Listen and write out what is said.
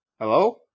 Hello